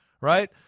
right